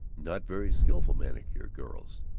not very skilful manicure girls,